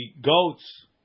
goats